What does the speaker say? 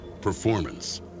performance